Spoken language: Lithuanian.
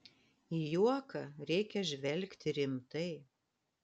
į juoką reikia žvelgti rimtai